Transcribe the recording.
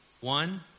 One